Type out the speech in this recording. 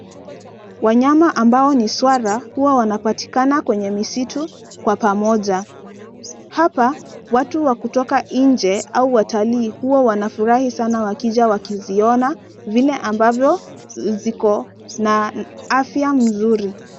Wanyama ambao ni swala huwa wanapatikana kwenye misitu kwa pamoja. Hapa watu wa kutoka nje au watalii huwa wanafurahi sana wakija wakiziona vile ambavyo ziko na afya mzuri.